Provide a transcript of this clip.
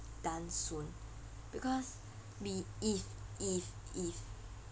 done soon because me if if if